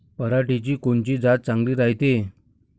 पऱ्हाटीची कोनची जात चांगली रायते?